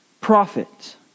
prophet